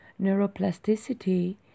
neuroplasticity